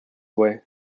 way